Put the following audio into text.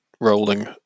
rolling